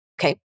Okay